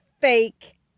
fake